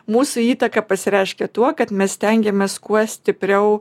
mūsų įtaka pasireiškia tuo kad mes stengiamės kuo stipriau